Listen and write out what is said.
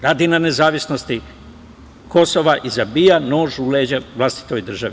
Radi na nezavisnosti Kosova i zabija nož u leđa vlastitoj državi.